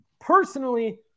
Personally